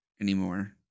anymore